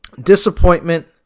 disappointment